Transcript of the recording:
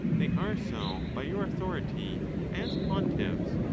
they are so by your authority as pontiffs,